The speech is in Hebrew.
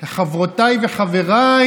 חברותיי וחבריי